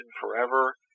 forever